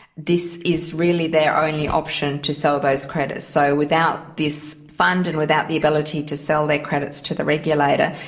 this is really their only option to sell so those credits. so without this fund and without the ability to sell their credits to the regulator,